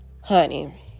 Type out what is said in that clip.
Honey